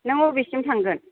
नों अबेसिम थांगोन